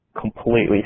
completely